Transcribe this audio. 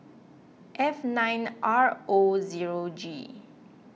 F nine R O zero G